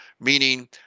meaning